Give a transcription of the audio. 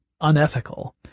unethical